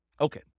Okay